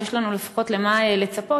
יש לנו לפחות למה לצפות.